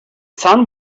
sun